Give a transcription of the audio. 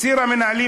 "ציר המנהלים",